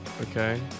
Okay